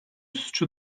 suçu